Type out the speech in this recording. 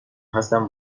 هستم